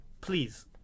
please